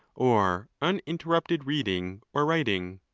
or uninterrupted reading or writing.